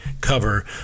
cover